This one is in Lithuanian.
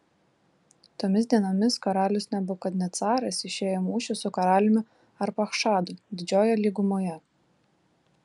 tomis dienomis karalius nebukadnecaras išėjo į mūšį su karaliumi arpachšadu didžiojoje lygumoje